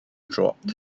draught